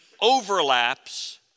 overlaps